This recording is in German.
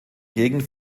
gegend